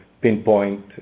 pinpoint